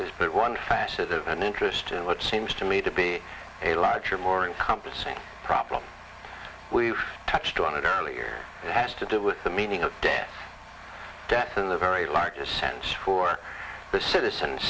is but one facet of an interest in what seems to me to be a larger more encompassing problem we touched on it earlier has to do with the meaning of death death in the very largest sense for the citizen